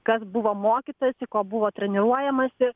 kas buvo mokytasi ko buvo treniruojamasi